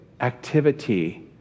activity